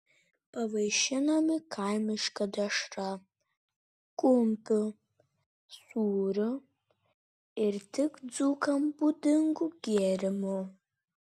pavaišinami kaimiška dešra kumpiu sūriu ir tik dzūkams būdingu gėrimu